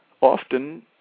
often